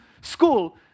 school